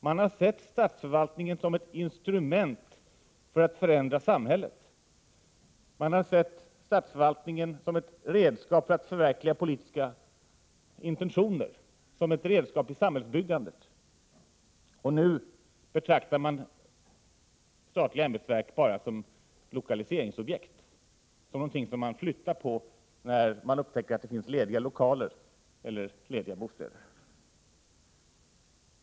De har sett statsförvaltningen som ett instrument för att förändra samhället. De har sett statsförvaltningen som ett redskap för att förverkliga politiska intentioner, som ett redskap i samhällsbyggandet. Nu betraktar de statliga ämbetsverk bara som lokaliseringsobjekt, som något man flyttar på när man upptäcker att det finns lediga lokaler eller bostäder.